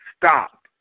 stop